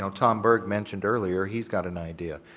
so tom berg mentioned earlier he's got an idea.